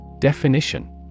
Definition